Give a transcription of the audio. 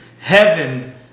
Heaven